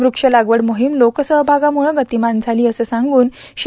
वृक्ष लागवड मोहीम लोकसहभागामुळं गतिमान झाली असं सांगून श्री